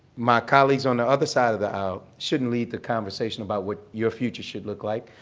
my colleagues on the other side of the aisle shouldn't lead the conversation about what your future should look like.